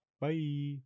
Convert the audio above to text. Bye